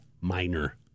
minor